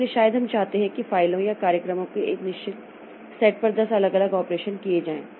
इसलिए शायद हम चाहते हैं कि फाइलों या कार्यक्रमों के एक निश्चित सेट पर 10 अलग अलग ऑपरेशन किए जाएं